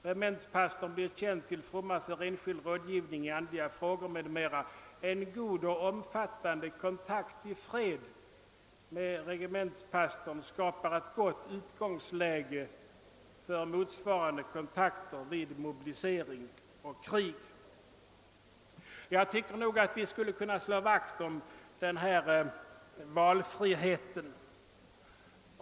Regementspastorn blir känd till fromma för enskild rådgivning i andliga frågor m.m. En god och omfattande kontakt i fred med regementspastorn skapar ett gott utgångsläge för motsvarande kontakter vid mobilisering och krig.» Jag anser att vi borde kunna slå vakt om valfriheten.